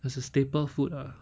as a staple food ah